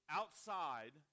outside